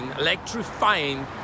electrifying